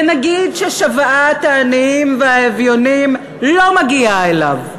ונגיד ששוועת העניים והאביונים לא מגיעה אליו,